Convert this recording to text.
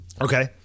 Okay